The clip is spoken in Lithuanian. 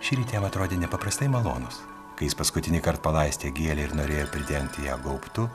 šįryt jam atrodė nepaprastai malonūs kai jis paskutinįkart palaistė gėlę ir norėjo pridengti ją gaubtu